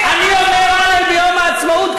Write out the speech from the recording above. אתה אומר הלל ביום העצמאות?